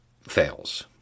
fails